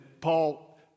Paul